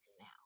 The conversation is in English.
now